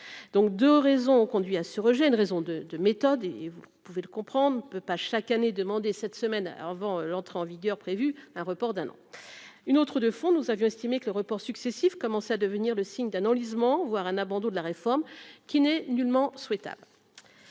donc 2 raisons ont conduit à ce rejet est une raison de de méthode et et vous pouvez le comprendre peut pas chaque année demander cette semaine avant l'entrée en vigueur prévue un report d'un an, une autre de fond, nous avions estimé que le report successifs commençait à devenir le signe d'un enlisement, voire un abandon de la réforme qu'il n'est nullement souhaitable